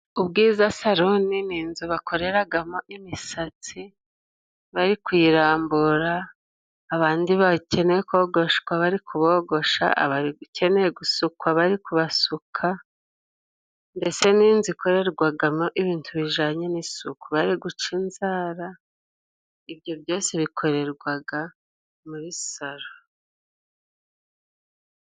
Ubwiza saro n' inzu bakoreragamo imisatsi bari kuyirambura abandi bakeneye kogoshwa bari kubogosha abakene gusukwa bari kubasuka bose n'inzu ikorerwagamo ibintu bijyanye n'isuku bari guca inzara ibyo byose bikorerwaga muri saro.